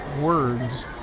words